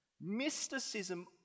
mysticism